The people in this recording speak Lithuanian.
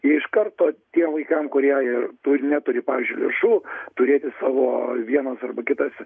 iš karto tiem vaikam kurie neturi pavyzdžiui lėšų turėti savo vienas arba kitas